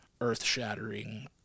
earth-shattering